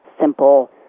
simple